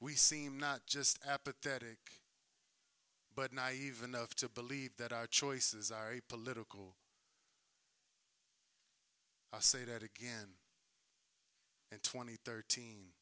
we seem not just apathetic but naive enough to believe that our choices are a political say that again and twenty thirteen